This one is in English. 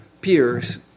peers